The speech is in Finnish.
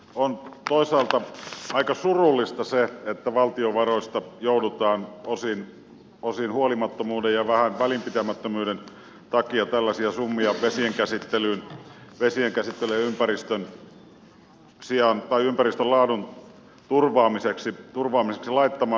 on toisaalta aika surullista se että valtion varoista joudutaan osin huolimattomuuden ja vähän välinpitämättömyyden takia tällaisia summia vesienkäsittelyyn ja ympäristön laadun turvaamiseen laittamaan